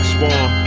Swan